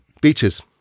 Beaches